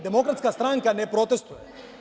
Demokratska stranka ne protestuje.